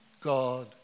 God